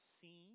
seen